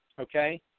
okay